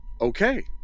Okay